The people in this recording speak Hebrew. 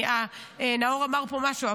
נאור אמר פה משהו,